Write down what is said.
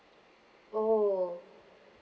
oh